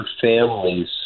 families